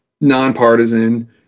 nonpartisan